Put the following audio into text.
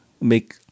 Make